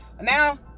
Now